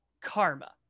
karma